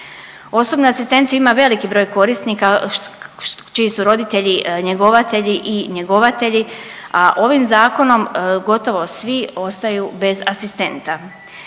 Osobnu asistenciju ima veliki broj korisnika čiji su roditelji njegovatelji i njegovatelji, a ovim zakonom gotovo svi ostaju bez asistenta.